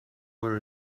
were